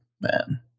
Man